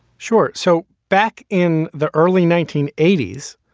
sure so back in the early nineteen eighty s,